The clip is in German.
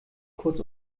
kurz